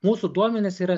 mūsų duomenys yra